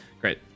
Great